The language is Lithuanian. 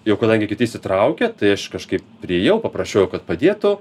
jau kadangi kiti įsitraukia tai aš kažkaip priėjau paprašiau jo kad padėtų